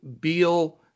Beal